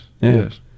Yes